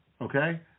Okay